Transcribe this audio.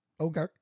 Okay